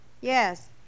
Yes